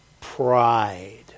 pride